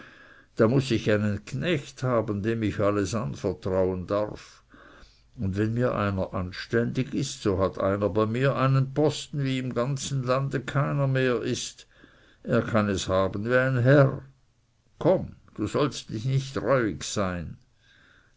da muß ich einen knecht haben dem ich alles anvertrauen darf und wenn mir einer anständig ist so hat einer bei mir einen posten wie im ganzen land keiner mehr ist er kann es haben wie ein herr komm du sollst dich nicht reuig sein